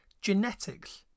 genetics